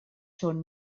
són